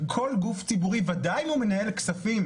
בכל גוף ציבורי וודאי אם הוא מנהל כספים